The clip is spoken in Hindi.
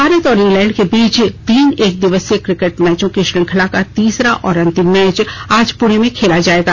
भारत और इंग्लैंड के बीच तीन एकदिवसीय क्रिकेट मैचों की श्रृंखला का तीसरा और अंतिम मैच आज पुणे में खेला जाएगा